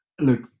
Look